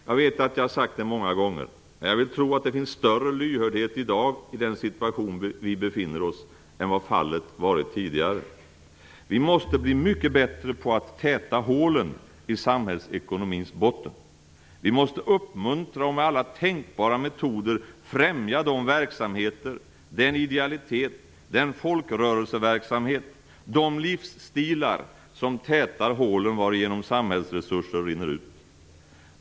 Jag vet att jag sagt det många gånger, men jag vill tro att det finns större lyhördhet i dag i den situation vi befinner oss i än vad fallet varit tidigare: Vi måste bli mycket bättre på att täta hålen i samhällsekonomins botten. Vi måste uppmuntra och med alla tänkbara metoder främja de verksamheter, den idealitet, den folkrörelseverksamhet, de livsstilar som tätar hålen varigenom samhällsresurser rinner ut.